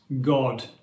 God